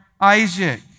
Isaac